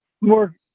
more